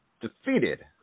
defeated